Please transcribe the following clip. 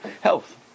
health